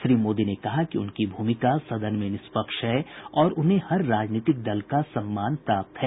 श्री मोदी ने कहा कि उनकी भूमिका सदन में निष्पक्ष है और उन्हें हर राजनीतिक दल का सम्मान प्राप्त है